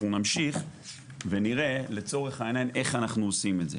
אנחנו נמשיך ונראה איך אנחנו עושים את זה.